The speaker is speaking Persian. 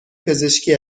پزشکی